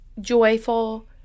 joyful